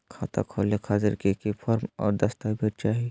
खाता खोले खातिर की की फॉर्म और दस्तावेज चाही?